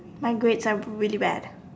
my grades are really bad